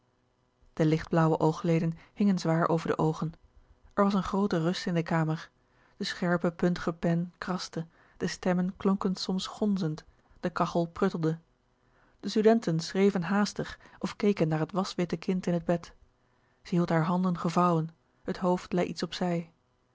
de lichtblauwe oogleden hingen zwaar over de oogen er was een groote rust in de kamer de scherpe puntige pen kraste de stemmen klonken soms gonzend de kachel pruttelde de studenten schreven haastig of keken naar het waswitte kind in het bed ze hield haar han gevouwen het hoofd lei iets op